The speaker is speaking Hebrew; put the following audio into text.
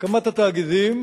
הקמת התאגידים